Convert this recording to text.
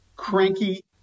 cranky